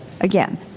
again